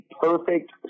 perfect